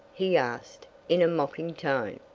he asked, in a mocking tone.